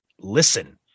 listen